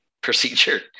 procedure